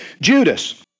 Judas